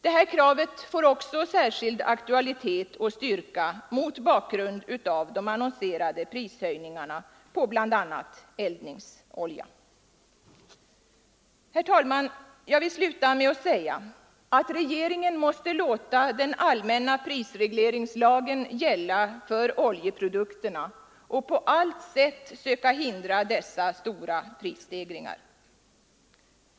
Det kravet får också särskild aktualitet och styrka mot bakgrund av de annonserade prishöjningarna på bl.a. eldningsolja. Herr talman! Jag vill sluta med att säga att regeringen måste låta den allmänna prisregleringslagen gälla för oljeprodukterna och på allt sätt försöka hindra dessa stora prisstegringar.